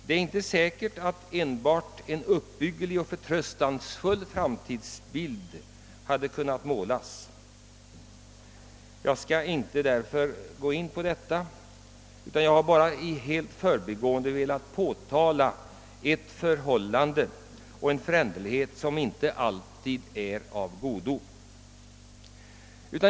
Det är inte säkert att enbart en uppbygglig och förtröstansfull framtidsbild hade kunnat målas. Jag skal därför inte gå in på detta ämne utan har bara i förbigående velat påtala en föränderlighet som inte alltid är av godo.